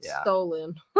stolen